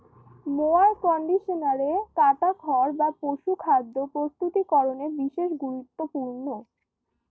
mower কন্ডিশনারে কাটা খড় বা পশুখাদ্য প্রস্তুতিকরনে বিশেষ গুরুত্বপূর্ণ